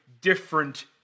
different